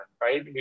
right